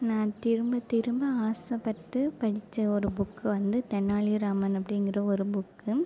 நான் திரும்ப திரும்ப ஆசைப்பட்டு படித்த ஒரு புக்கு வந்து தெனாலிராமன் அப்டிங்கிற ஒரு புக்கு